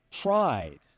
pride